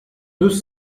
deux